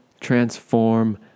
transform